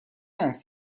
است